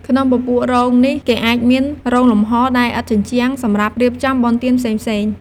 ក្នុងពពួករោងនេះគេអាចមាន “រោងលំហ” ដែលឥតជញ្ជាំង សម្រាប់រៀបចំបុណ្យទានផ្សេងៗ។